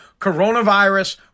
coronavirus